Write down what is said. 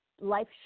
life